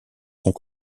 sont